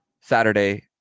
Saturday